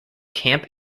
camp